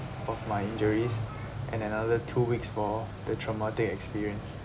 of my injuries and another two weeks for the traumatic experience